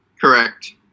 Correct